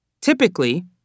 Typically